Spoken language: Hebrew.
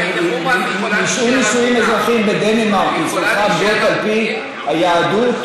אם הם נישאו נישואים אזרחיים בדנמרק היא צריכה גט על פי היהדות?